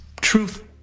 truth